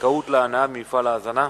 זכאות להנאה ממפעל ההזנה.